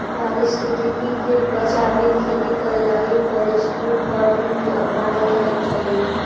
पारिस्थितिकी के बचाबित खेती करे लागी फॉरेस्ट फार्मिंग के अपनाबल जाइत हई